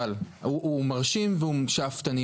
הוא מרשים והוא שאפתני.